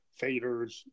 faders